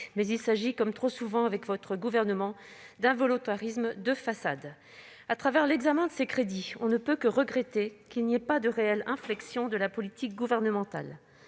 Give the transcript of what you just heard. Mais il s'agit, comme trop souvent avec votre gouvernement, d'un volontarisme de façade ! À travers l'examen de ces crédits, on ne peut que regretter l'absence de réelle inflexion de la politique gouvernementale.